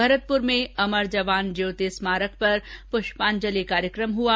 भरतपुर में अमर जवान ज्योति स्मारक पर पुष्पांजलि कार्यक्रम हुआ